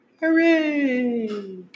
hooray